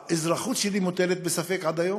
האזרחות שלי מוטלת בספק אפילו עד היום?